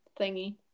thingy